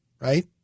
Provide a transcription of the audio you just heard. right